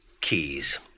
Keys